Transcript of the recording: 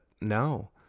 no